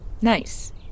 Nice